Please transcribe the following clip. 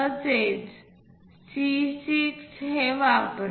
तसेच C 6 हे वापरते